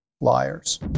liars